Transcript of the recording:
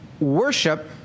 worship